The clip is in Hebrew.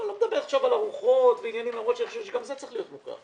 אני לא מדבר עכשיו על ארוחות למרות שאני חושב שגם זה צריך להיות מוכר.